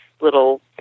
little